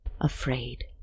afraid